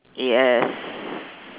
yes